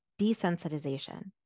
desensitization